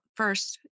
first